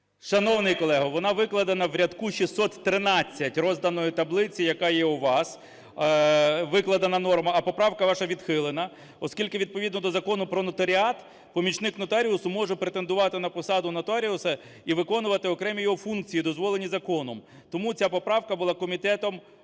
Шановний колего, вона викладена в рядку 613 розданої таблиці, яка є у вас, викладена норма, а поправка ваша відхилена. Оскільки, відповідно до Закону "Про нотаріат", помічник нотаріуса може претендувати на посаду нотаріуса і виконувати окремі його функції, дозволені законом, тому ця поправка була комітетом